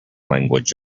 language